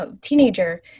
teenager